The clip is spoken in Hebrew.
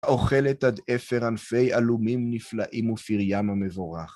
אוכלת עד עפר ענפי אלומים נפלאים ופיריים המבורך.